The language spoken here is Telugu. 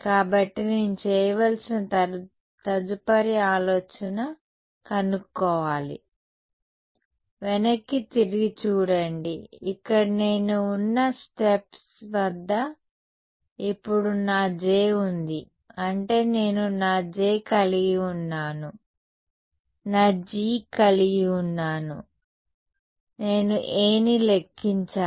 కాబట్టి నేను చేయవలసిన తదుపరి ఆలోచన కనుక్కోవాలి వెనక్కి తిరిగి చూడండి ఇక్కడ నేను ఉన్న స్టెప్స్ వద్ద ఇప్పుడు నా J ఉంది అంటే నేను నా J కలిగి ఉన్నాను నా G కలిగి ఉన్నాను నేను Aని లెక్కించాను